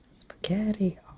spaghetti